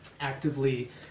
actively